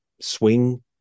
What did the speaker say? swing